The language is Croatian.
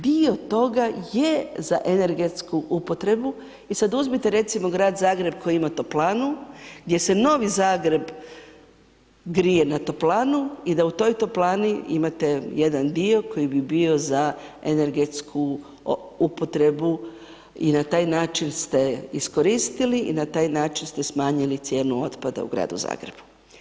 Dio toga je za energetsku upotrebu, i sad uzmite recimo grad Zagreb, koji ima toplanu, gdje se Novi Zagreb grije na toplanu i da u toj toplani imate jedan dio koji bi bio za energetsku upotrebu i na taj način ste iskoristili, i na taj način ste smanjili cijenu otpada u gradu Zagreba.